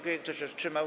Kto się wstrzymał?